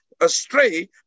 astray